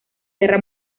guerra